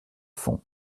fond